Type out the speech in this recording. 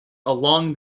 along